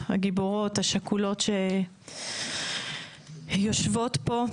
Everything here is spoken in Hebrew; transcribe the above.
הגיבורות השכולות שיושבות פה,